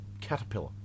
caterpillar